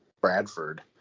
Bradford